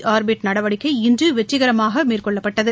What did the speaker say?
orbit நடவடிக்கை இன்று வெற்றிகரமாக மேற்கொள்ளப்பட்டது